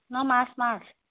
অঁ মাছ মাছ